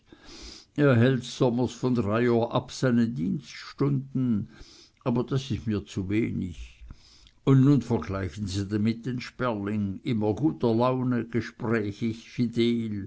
er hält sommers von drei uhr ab seine dienststunden aber das ist mir zuwenig und nun vergleichen sie damit den sperling immer guter laune gesprächig fidel